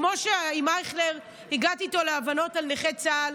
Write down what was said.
כמו שהגעתי עם אייכלר להבנות על נכי צה"ל,